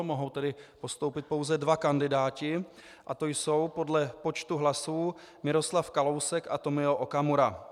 Mohou tedy postoupit pouze dva kandidáti a to jsou podle počtu hlasů Miroslav Kalousek a Tomio Okamura.